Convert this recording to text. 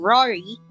Rory